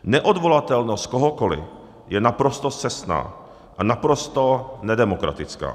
Neodvolatelnost kohokoliv je naprosto scestná a naprosto nedemokratická.